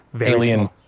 alien